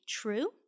true